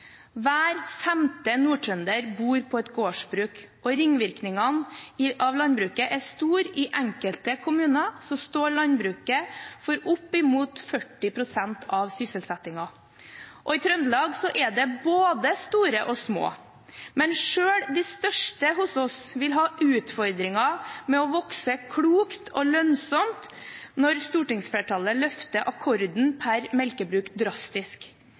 Hver femte nordtrønder bor på et gårdsbruk, og ringvirkningene av landbruket er store. I enkelte kommuner står landbruket for opp mot 40 pst. av sysselsettingen. I Trøndelag er det både store og små bruk, men selv de største hos oss vil ha utfordringer med å vokse klokt og lønnsomt når stortingsflertallet løfter akkorden per melkebruk drastisk.